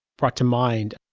brought to mind.